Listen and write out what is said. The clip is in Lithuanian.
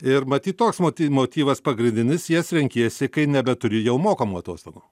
ir matyt toks moty motyvas pagrindinis jas renkiesi kai nebeturi jau mokamų atostogų